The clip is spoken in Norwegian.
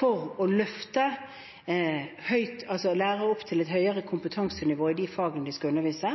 for å løfte lærere opp til et høyere kompetansenivå i de fagene de skal undervise